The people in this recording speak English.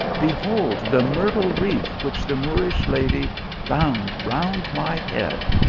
behold the myrtle wreath which the moorish lady bound round my head